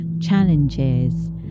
challenges